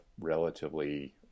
relatively